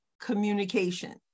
communication